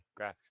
graphics